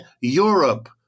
Europe